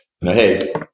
Hey